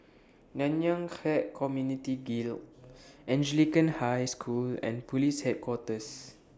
Nanyang Khek Community Guild Anglican High School and Police Headquarters